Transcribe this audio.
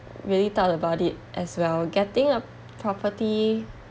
really thought about it as well getting a property